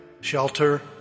shelter